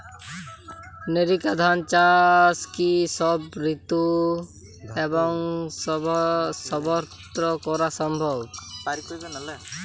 NERICA ধান চাষ কি সব ঋতু এবং সবত্র করা সম্ভব?